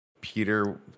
Peter